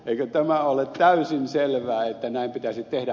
eikö tämä ole täysin selvää että näin pitäisi tehdä